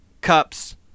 cups